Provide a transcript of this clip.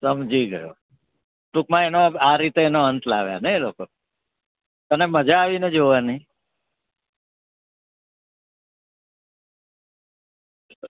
સમજી ગયો ટૂંકમાં એનો આ રીતે એનો અંત લાવ્યા ને એ લોકો તને મજા આવીને જોવાની